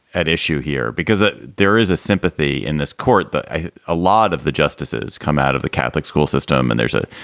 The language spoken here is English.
at issue here, because ah there is a sympathy in this court that a a lot of the justices come out of the catholic school system and there's a